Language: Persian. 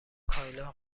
کایلا